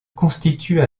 constitue